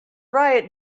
riot